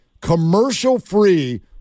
commercial-free